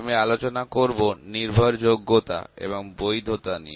আমি আলোচনা করব নির্ভরযোগ্যতা এবং বৈধতা নিয়ে